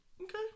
Okay